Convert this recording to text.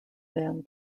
than